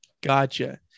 gotcha